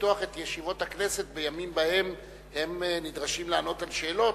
לפתוח את ישיבות הכנסת בימים שבהם הם נדרשים לענות על שאלות,